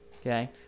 okay